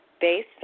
based